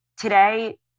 today